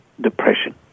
depression